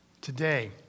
Today